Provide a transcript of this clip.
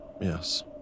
Yes